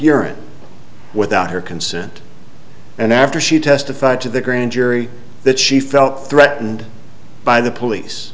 urine without her consent and after she testified to the grand jury that she felt threatened by the police